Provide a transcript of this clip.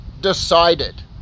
decided